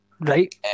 Right